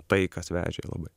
paikas vežė labai